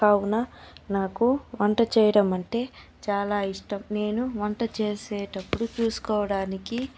కావున నాకు వంట చేయడం అంటే చాలా ఇష్టం నేను వంట చేసేటప్పుడు చూసుకోవడానికి